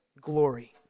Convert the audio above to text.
glory